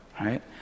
right